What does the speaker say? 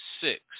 six